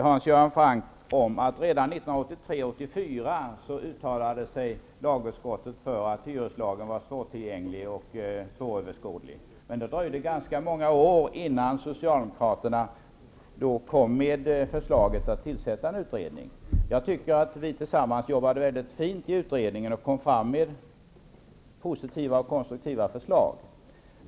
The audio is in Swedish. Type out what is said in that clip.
Fru talman! Till att börja med vill jag påminna 1983/84 uttalade att hyreslagen var svårtillgänglig och svåröverskådlig. Men det dröjde ganska många år innan Socialdemokraterna kom med förslaget att tillsätta en utredning. Jag tycker att vi tillsammans arbetade mycket fint i utredningen och lade fram positiva och konstruktiva förslag.